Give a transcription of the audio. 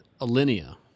Alinea